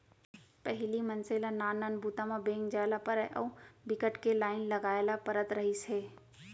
पहिली मनसे ल नान नान बूता म बेंक जाए ल परय अउ बिकट के लाईन लगाए ल परत रहिस हे